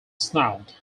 snout